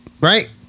right